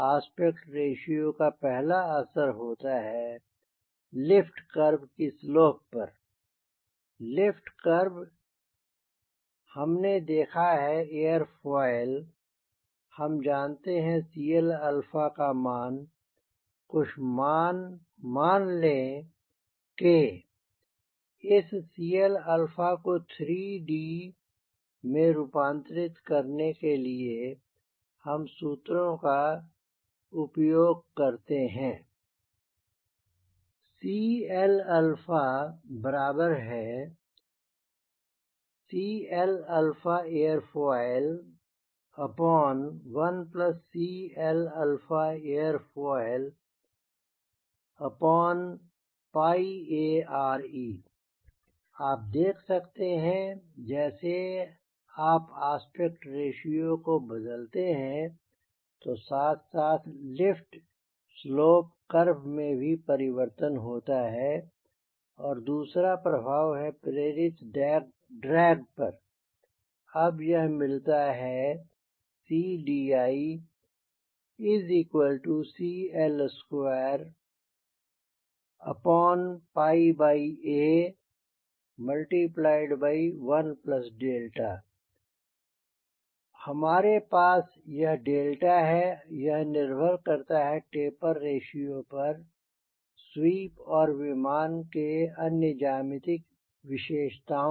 aspect ratio का पहला असर होता है लिफ्ट कर्व की स्लोप पर लिफ्ट कर्व हमने देखा है एयरोफॉयल हम जानते हैं CL alpha का मान कुछ मान मान लें k इस CL alpha को 3 d में रूपांतरित करने के लिए हम सूत्रों का उपयोग करते हैं CLCl airfoil1Cl airfoilARe आप देख सकते हैं जैसे आप आस्पेक्ट रेश्यो को बदलते हैं तो साथ साथ लिफ्ट स्लोप कर्व में भी परिवर्तन होता है दूसरा प्रभाव है प्रेरित ड्रैग पर अब यह मिलता है CDiCL2A1 हमारे पास यह DELTA है यह निर्भर करता है टेपर रेश्यो पर स्वीप और विमान के अन्य ज्यामितिक विशेषताओं पर